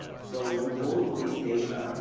so with all of this data,